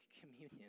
communion